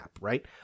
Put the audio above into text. right